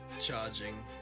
Charging